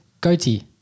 goatee